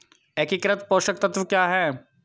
एकीकृत पोषक तत्व क्या है?